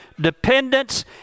dependence